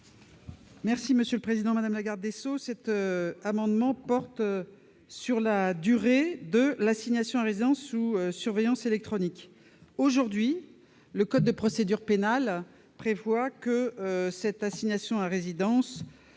Monsieur le président, madame la garde des sceaux,